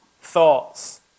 thoughts